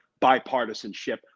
bipartisanship